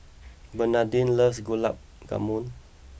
Bernadine loves Gulab Jamun